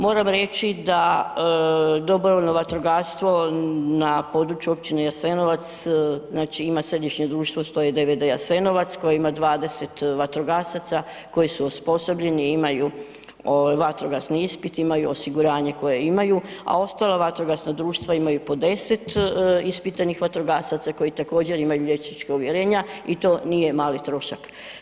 Moram reći da dobrovoljno vatrogastvo na području općine Jasenovac, znači ima središnje društvo … [[Govornik se ne razumije]] DVD Jasenovac koji ima 20 vatrogasaca koji su osposobljeni i imaju vatrogasni ispit, imaju osiguranje koje imaju, a ostala vatrogasna društva imaju po 10 ispitanih vatrogasaca koji također imaju liječnička uvjerenja i to nije mali trošak.